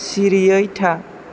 सिरियै था